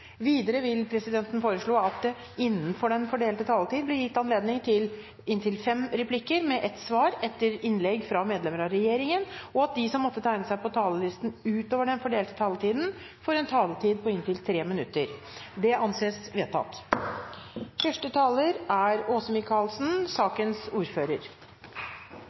Videre vil presidenten foreslå at det blir gitt anledning til fem replikker med svar etter innlegg fra medlemmer av regjeringen innenfor den fordelte taletid, og at de som måtte tegne seg på talerlisten utover den fordelte taletid, får en taletid på inntil 3 minutter. – Det anses vedtatt.